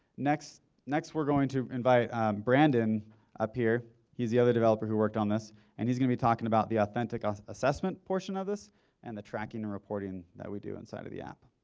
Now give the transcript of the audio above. next next we're going to invite brandon up here. he's the other developer who worked on this and he's going to be talking about the authentic assessment portion of this and the tracking and reporting that we would do inside of the app.